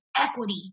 equity